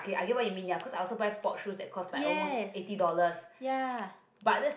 yes ya